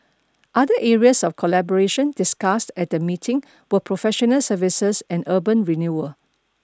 other areas of collaboration discussed at the meeting were professional services and urban renewal